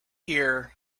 hear